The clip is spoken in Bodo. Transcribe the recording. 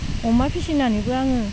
अमा फिसिनानैबो आङो